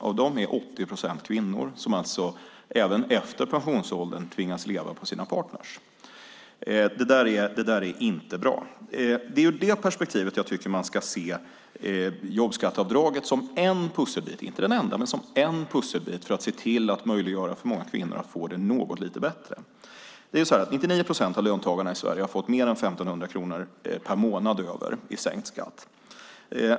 Av dem är 80 procent kvinnor, som alltså även efter pensionsåldern tvingas leva på sina partner. Det är inte bra. Det är ur det perspektivet som jag tycker att man ska se jobbskatteavdraget som en pusselbit, inte den enda, för att se till att möjliggöra för många kvinnor att få det något lite bättre. 99 procent av löntagarna i Sverige har fått mer än 1 500 kronor per månad över, i sänkt skatt.